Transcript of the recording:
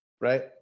Right